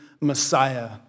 Messiah